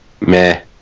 Meh